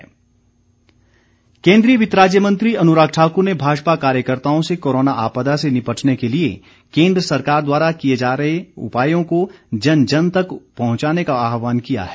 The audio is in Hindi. अनुराग केन्द्रीय वित्त राज्य मंत्री अनुराग ठाकुर ने भाजपा कार्यकर्ताओं से कोरोना आपदा से निपटने के लिए केन्द्र सरकार द्वारा किए गए उपायों को जन जन तक पहुंचाने का आहवान किया है